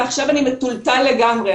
ועכשיו אני מטולטל לגמרי.